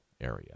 area